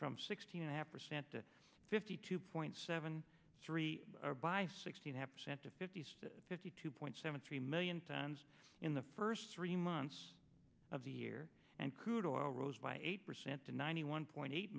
from sixteen and a half percent to fifty two point seven three are by sixteen have percent to fifty fifty two point seven three million tons in the first three months of the year and crude oil rose by eight percent to ninety one point eight